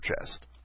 chest